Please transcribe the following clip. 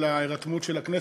על ההירתמות של הכנסת,